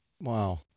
Wow